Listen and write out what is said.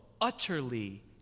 utterly